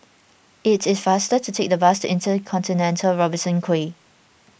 it is faster to take the bus Intercontinental Robertson Quay